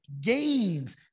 gains